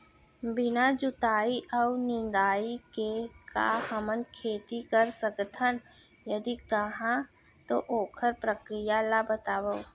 बिना जुताई अऊ निंदाई के का हमन खेती कर सकथन, यदि कहाँ तो ओखर प्रक्रिया ला बतावव?